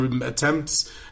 attempts